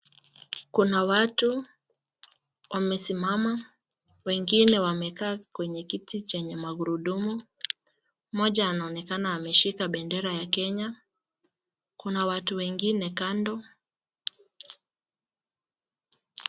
Kuna watu wamesimama wengine wamekaa kwenye kiti chenye magurudumu, moja anaonekana ameshika bendera ya Kenya, kuna watu wengine kando.